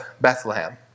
Bethlehem